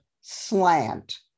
slant